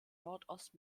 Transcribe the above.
nordost